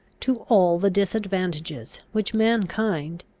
to all the disadvantages which mankind,